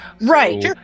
right